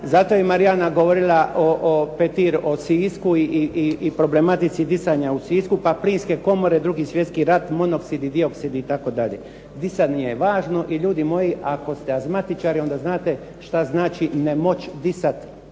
Zato je Marijana govorila Petir o Sisku i problematici disanja u Sisku, pa plinske komore Drugi svjetski rat, monoksidi, dioksidi itd. Disanje je važno i ljudi moji ako ste asmatičari onda znate šta znači ne moć disati